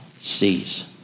sees